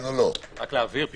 להבהיר לדעתי,